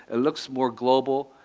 it looks more global.